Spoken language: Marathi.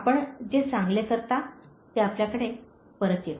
आपण जे चांगले करता ते आपल्याकडे परत येते